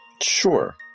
sure